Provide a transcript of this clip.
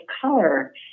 color